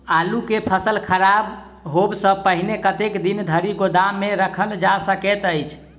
आलु केँ फसल खराब होब सऽ पहिने कतेक दिन धरि गोदाम मे राखल जा सकैत अछि?